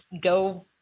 go